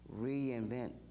reinvent